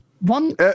One